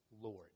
Lord